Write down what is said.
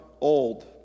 old